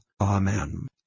Amen